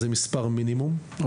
זה מספר מינימום,